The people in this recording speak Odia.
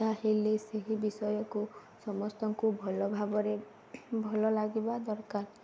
ଚାହେଲେ ସେହି ବିଷୟକୁ ସମସ୍ତଙ୍କୁ ଭଲ ଭାବରେ ଭଲ ଲାଗିବା ଦରକାର